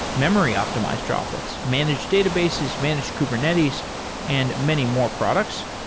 memory optimized droplets, managed databases, managed kubernetes and many more products.